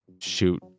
shoot